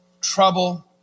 trouble